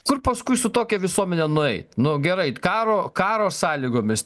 kur paskui su tokia visuomene nueit nu gerai karo karo sąlygomis